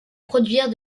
produire